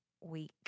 week